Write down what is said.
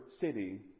city